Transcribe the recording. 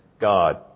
God